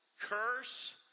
Curse